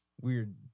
weird